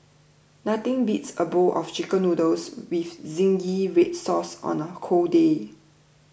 nothing beats a bowl of Chicken Noodles with Zingy Red Sauce on a cold day